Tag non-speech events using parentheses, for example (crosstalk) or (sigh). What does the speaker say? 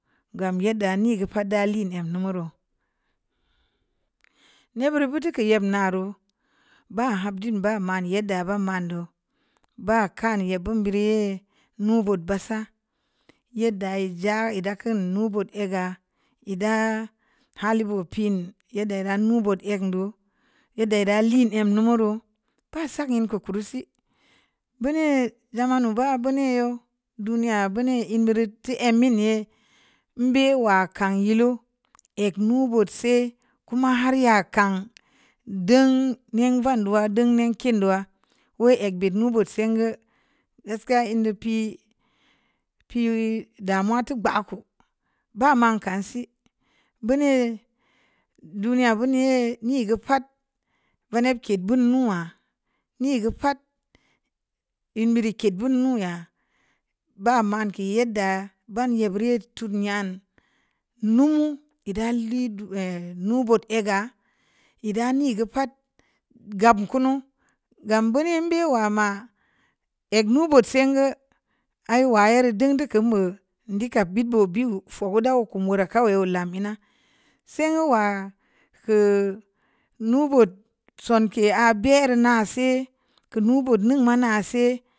Gam yadda ni gə pa'at da lii əm nu mōo reu ne' bureu butu kō nyem nareu ba hagdm bə ma ye'ddə ba man dōō ba kan yebun birri mu bət ba sa yeddə ja'a ē da kan nu bōot a ga ē da hal bōo piin yeddə na reu bōt əm dōo yiddə lim am numu reu pa sak yē ku kuru si buni ja'a man mun ba buni o' duniya buni in dōrai tōo am nne ē yē mbē wa kən danə nii van də'a danə nii kin du'a wō et buni bō sē ngə gaskiya in dō pii pii damuwa tō bah koi ba ma kan si buni duniya bunii nii gə pa'at vanēb ke' dun nu wa nii gə pa'at in bērii ke bun nii ya ba man ken yēddə banne bureu tun yan mu mau ē da li do (unintelligible) nu bōot a ga'a ē da ne' gə pət gab kunu gam bōorii bē wa ma ēt nu bout se'ngə aii wa yere dun dō ka mō du'ukə dii bō biu fou da'a kom ro'ak ka ō lam ē na sengə wa kə nu bōot sunke' a'a bēr na si kun nu bōt mu ma na si.